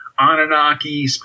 Anunnaki